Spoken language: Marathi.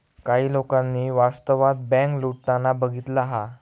काही लोकांनी वास्तवात बँक लुटताना बघितला हा